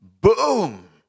boom